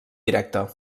directe